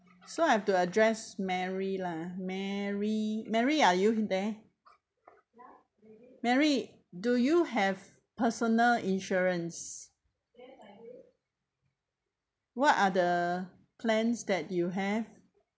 so I have to address mary lah mary mary are you in there mary do you have personal insurance what are the plans that you have